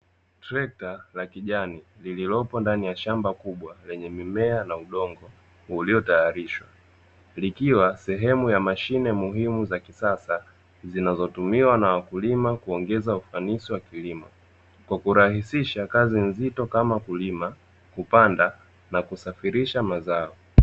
Trekta la kijani lililopo ndani ya shamba kubwa, lenye mimea na udongo uliotayarishwa. Likiwa sehemu ya mashine muhimu za kisasa, zinazotumiwa na wakulima kuongeza ufanisi wa kilimo. Kwa kurahisisha kazi nzito kama kulima, kupanda na kusafirisha mazao.